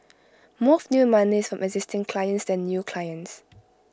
more of new money is from existing clients than new clients